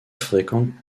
fréquente